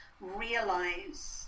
realize